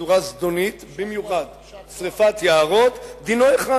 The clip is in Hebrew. בצורה זדונית, במיוחד שרפת יערות, דינו אחד.